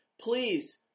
please